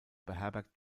beherbergt